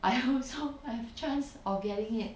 I also have chance of getting it